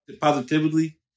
positively